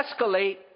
escalate